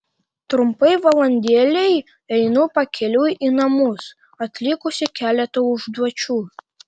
trumpai valandėlei einu pakeliui į namus atlikusi keletą užduočių